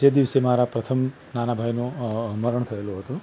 જે દિવસે પ્રથમ મારા નાના ભાઈનો મરણ થયેલો હતો